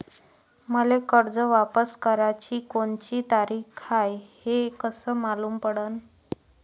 मले कर्ज वापस कराची कोनची तारीख हाय हे कस मालूम पडनं?